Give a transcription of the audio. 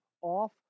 Off